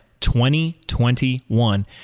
2021